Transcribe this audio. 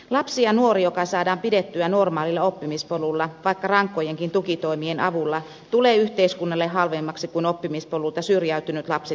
lapsi ja nuori joka saadaan pidettyä normaalilla oppimispolulla vaikka rankkojenkin tukitoimien avulla tulee yhteiskunnalle halvemmaksi kuin oppimispolulta syrjäytynyt lapsi tai nuori